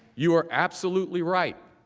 you are absolutely right.